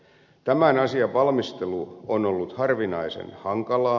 tämän asian valmistelu on ollut harvinaisen hankalaa